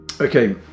Okay